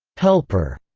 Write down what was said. helper,